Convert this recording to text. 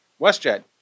WestJet